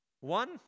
One